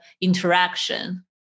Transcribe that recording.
interaction